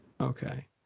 okay